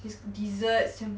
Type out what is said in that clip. his deserts you